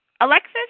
Alexis